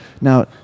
Now